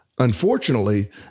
Unfortunately